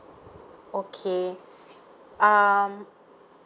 okay um